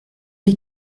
les